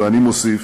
ואני מוסיף,